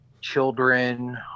children